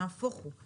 נהפוך הוא,